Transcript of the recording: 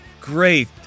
Great